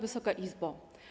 Wysoka Izbo!